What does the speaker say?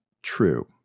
true